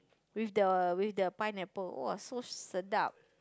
with the with the pineapple oh so sedap